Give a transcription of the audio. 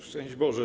Szczęść Boże!